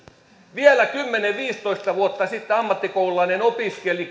vielä kymmenen viiva viisitoista vuotta sitten ammattikoululainen opiskeli